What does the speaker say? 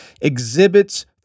exhibits